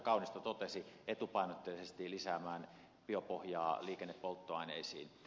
kaunisto totesi etupainotteisesti lisäämään biopohjaa liikennepolttoaineisiin